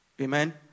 Amen